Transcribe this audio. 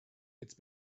it’s